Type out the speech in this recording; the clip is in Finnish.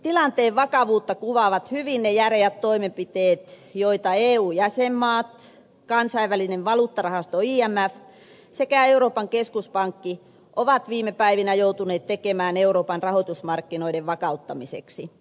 tilanteen vakavuutta kuvaavat hyvin ne järeät toimenpiteet joita eu jäsenmaat kansainvälinen valuuttarahasto imf sekä euroopan keskuspankki ovat viime päivinä joutuneet tekemään euroopan rahoitusmarkkinoiden vakauttamiseksi